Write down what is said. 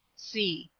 c.